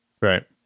Right